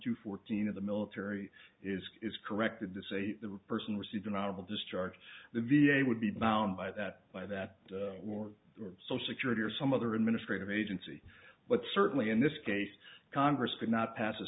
two fourteen of the military is is corrected to say the person received an honorable discharge the v a would be bound by that by that or social security or some other administrative agency but certainly in this case congress could not pass a